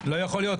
לא יכול להיות.